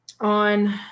on